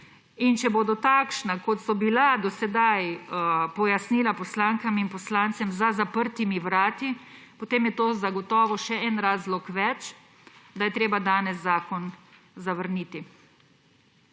in če bodo takšna, kot so bila do sedaj pojasnila poslankam in poslancem za zaprtimi vrati, potem je to zagotovo še en razlog več, da je treba danes zakon zavrniti.